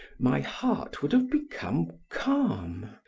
my heart would have become calm.